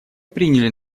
приняли